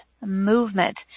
movement